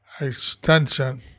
extension